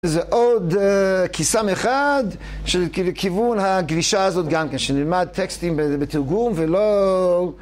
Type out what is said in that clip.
זה עוד קיסם אחד של כיוון הגבישה הזאת, גם כן, שנלמד טקסטים בתרגום ולא...